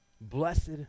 blessed